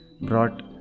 brought